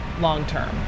long-term